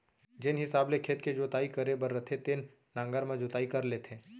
जेन हिसाब ले खेत के जोताई करे बर रथे तेन नांगर म जोताई कर लेथें